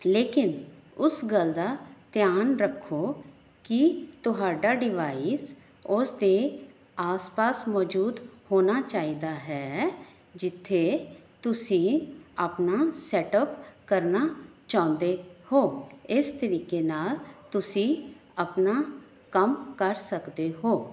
ਲੇਕਿਨ ਉਸ ਗੱਲ ਦਾ ਧਿਆਨ ਰੱਖੋ ਕਿ ਤੁਹਾਡਾ ਡਿਵਾਈਸ ਉਸ ਦੇ ਆਸ ਪਾਸ ਮੌਜੂਦ ਹੋਣਾ ਚਾਹੀਦਾ ਹੈ ਜਿੱਥੇ ਤੁਸੀਂ ਆਪਣਾ ਸੈਟ ਅਪ ਕਰਨਾ ਚਾਹੁੰਦੇ ਹੋ ਇਸ ਤਰੀਕੇ ਨਾਲ ਤੁਸੀਂ ਆਪਣਾ ਕੰਮ ਕਰ ਸਕਦੇ ਹੋ